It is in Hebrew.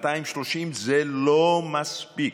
2030 זה לא מספיק.